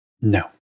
No